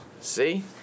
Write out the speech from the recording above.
See